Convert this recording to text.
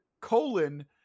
colon